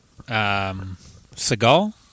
Seagal